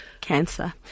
cancer